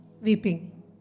weeping